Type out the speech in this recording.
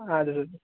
اَدٕ حظ